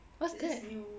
what's that